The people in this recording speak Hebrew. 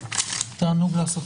הישיבה ננעלה בשעה